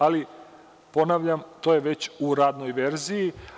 Ali, ponavljam, to je već u radnoj verziji.